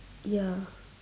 ya